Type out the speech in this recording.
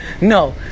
No